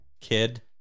kid